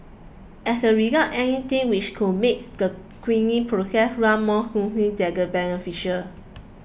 as a result anything which could make the cleaning process run more smoothly beneficial